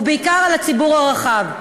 ובעיקר על הציבור הרחב,